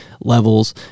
levels